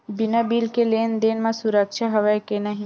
बिना बिल के लेन देन म सुरक्षा हवय के नहीं?